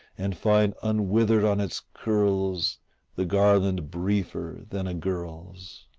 and find unwithered on its curls the garland briefer than a girl's.